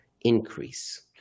increase